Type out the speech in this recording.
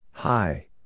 Hi